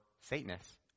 satanists